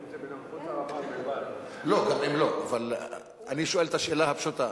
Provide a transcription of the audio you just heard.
אם זה בנוכחות, אני שואל את השאלה הפשוטה,